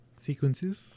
sequences